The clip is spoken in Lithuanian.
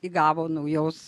įgavo naujos